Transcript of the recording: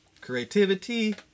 creativity